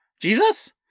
Jesus